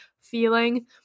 feeling